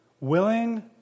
willing